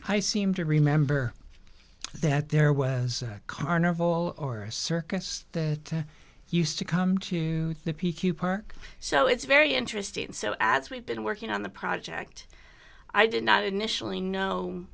i seem to remember that there was a carnival or a circus that used to come to the p q park so it's very interesting and so as we've been working on the project i did not initially kno